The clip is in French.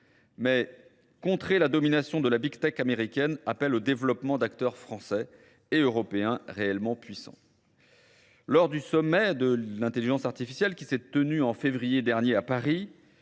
mais contrée la domination de la Big Tech américaine, appelle au développement d'acteurs français et européens réellement puissants. Lors du sommet de l'intelligence artificielle qui s'est tenue en février dernier à Paris,